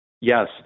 Yes